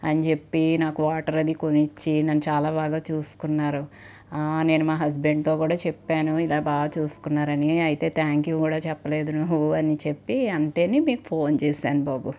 అనిచెప్పి నాకు వాటరది కొనిచ్చి నన్ను చాలా బాగా చూసుకున్నారు నేను మా హస్బెండ్తో కూడా చెప్పాను ఇలా బా చూసుకున్నారని అయితే థ్యాంక్ యూ కూడా చెప్పలేదు నువ్వు అని చెప్పి అంటేనే మీకు ఫోన్ చేసాను బాబు